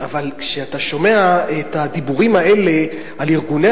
אבל כשאתה שומע את הדיבורים האלה על ארגוני